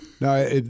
No